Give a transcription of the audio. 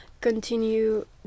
continue